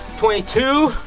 twenty-two,